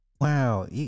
wow